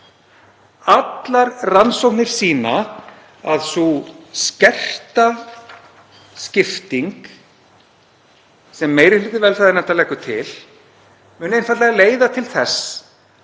Allar rannsóknir sýna að sú skerta skipting sem meiri hluti velferðarnefndar leggur til muni einfaldlega leiða til þess